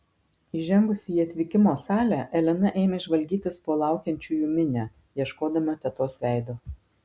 įžengusi į atvykimo salę elena ėmė žvalgytis po laukiančiųjų minią ieškodama tetos veido